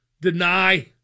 deny